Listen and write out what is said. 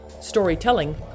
storytelling